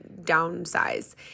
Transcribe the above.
downsize